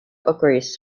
occurs